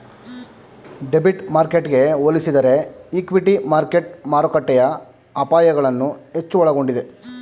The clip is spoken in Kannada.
ಡೆಬಿಟ್ ಮಾರ್ಕೆಟ್ಗೆ ಹೋಲಿಸಿದರೆ ಇಕ್ವಿಟಿ ಮಾರ್ಕೆಟ್ ಮಾರುಕಟ್ಟೆಯ ಅಪಾಯಗಳನ್ನು ಹೆಚ್ಚು ಒಳಗೊಂಡಿದೆ